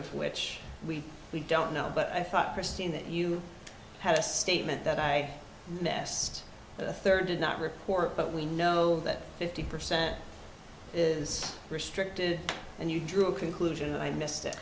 of which we we don't know but i thought christine that you had a statement that i messed the third did not report but we know that fifty percent is restricted and you drew a conclusion i missed it